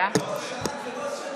לא, לא, שרן.